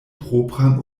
propran